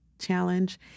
challenge